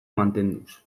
mantenduz